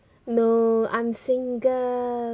no I'm single